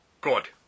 Good